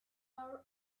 our